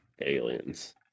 Aliens